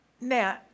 Now